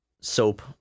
soap